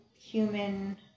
human